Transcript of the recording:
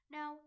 Now